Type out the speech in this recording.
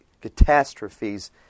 catastrophes